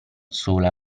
sola